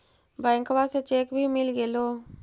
बैंकवा से चेक भी मिलगेलो?